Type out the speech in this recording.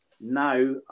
now